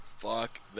Fuck